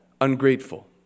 ungrateful